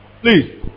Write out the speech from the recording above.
Please